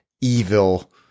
evil